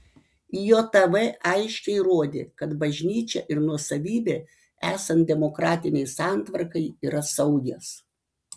jav aiškiai rodė kad bažnyčia ir nuosavybė esant demokratinei santvarkai yra saugios